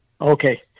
Okay